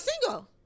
single